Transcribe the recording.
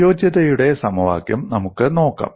അനുയോജ്യതയുടെ സമവാക്യവും നമുക്ക് നോക്കാം